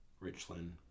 Richland